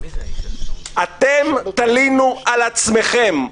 אתם תלינו על עצמכם.